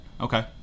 Okay